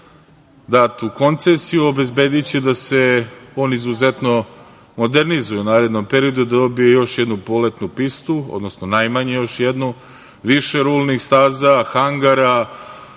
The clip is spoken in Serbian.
dat u koncesiju obezbediće da se on izuzetno modernizuje u narednom periodu, dobije još jednu poletnu pistu, odnosno najmanje još jednu, više rulnih staza, hangara,